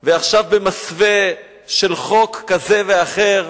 ועכשיו, במסווה של חוק כזה ואחר,